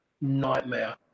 nightmare